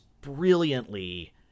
brilliantly